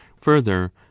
further